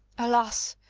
alas!